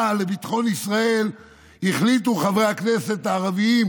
לביטחון ישראל החליטו חברי הכנסת הערבים,